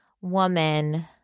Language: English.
woman